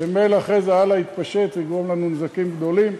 וממילא אחרי זה יתפשט הלאה ויגרום לנו נזקים גדולים.